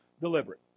deliberate